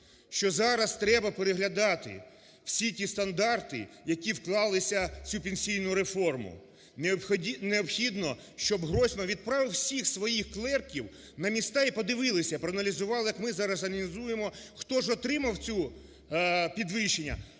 Що зараз треба переглядати всі ті стандарти, які вклалися в цю пенсійну реформу. Необхідно, щоб Гройсман відправив всіх своїх клерків на міста і подивилися, проаналізували, як ми зараз аналізуємо, хто ж отримав це підвищення,